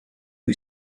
who